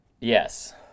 Yes